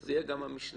זה יהיה גם המשנה.